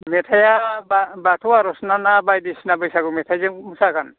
मेथाइया बा बाथौ आरज ना बायदिसिना बैसागु मेथायजों मोसागोन